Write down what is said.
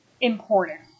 important